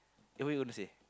eh what you going to say